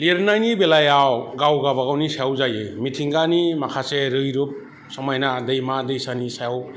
लिरनायनि बेलायाव गाव गावबागावनि सायाव जायो मिथिंगानि माखासे रैरुब समायना दैमा दैसानि सायाव